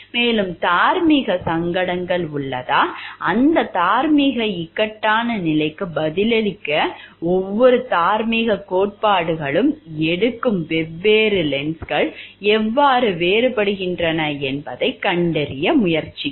மேலும் தார்மீக சங்கடங்கள் உள்ளதா அந்த தார்மீக இக்கட்டான நிலைக்கு பதிலளிக்க ஒவ்வொரு தார்மீகக் கோட்பாடுகளும் எடுக்கும் வெவ்வேறு லென்ஸ்கள் எவ்வாறு வேறுபடுகின்றன என்பதைக் கண்டறிய முயற்சிக்கவும்